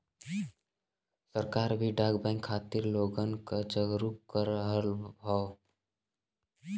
सरकार भी डाक बैंक खातिर लोगन क जागरूक कर रहल हौ